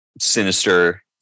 sinister